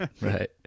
Right